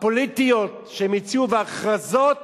הפוליטיות שהם הציעו ובהכרזות